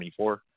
24